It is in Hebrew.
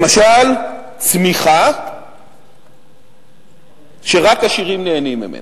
למשל, צמיחה שרק עשירים נהנים ממנה.